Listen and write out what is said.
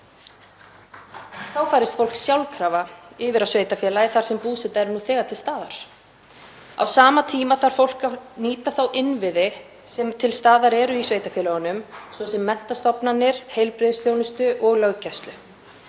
Þá færist fólk sjálfkrafa yfir á sveitarfélagið þar sem búseta er nú þegar til staðar. Á sama tíma þarf fólk að nýta þá innviði sem til staðar eru í sveitarfélögunum, svo sem menntastofnanir, heilbrigðisþjónustu og löggæslu.